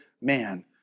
man